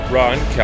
Ron